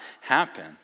happen